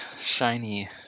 shiny